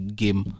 game